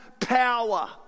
power